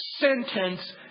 sentence